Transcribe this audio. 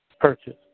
purchase